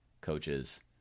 coaches